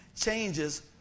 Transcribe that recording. changes